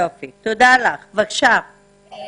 אני